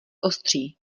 ostří